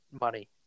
money